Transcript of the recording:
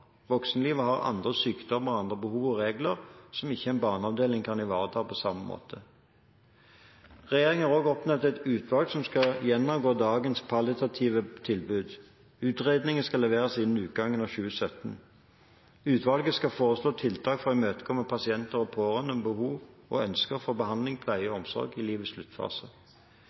Voksenlivet har andre sykdommer og andre behov og regler som ikke en barneavdeling kan ivareta på samme måte». Regjeringen har også oppnevnt et utvalg som skal gjennomgå dagens palliative tilbud. Utredningen skal leveres innen utgangen av 2017. Utvalget skal foreslå tiltak for å imøtekomme pasienter og pårørendes behov og ønsker for behandling, pleie og omsorg i livets sluttfase.